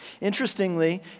Interestingly